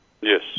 Yes